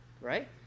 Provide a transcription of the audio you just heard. right